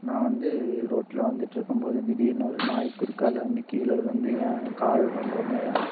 நான் வந்து ரோட்ல வந்துகிட்ருக்கும்போது திடீர்னு ஒரு நாய் குறுக்கால வந்து கீழ விழுந்து என் கால் ரொம்பவுமே